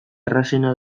errazena